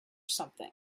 something